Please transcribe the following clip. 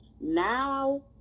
now